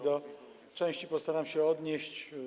Do części postaram się odnieść.